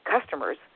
customers